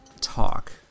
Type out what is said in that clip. talk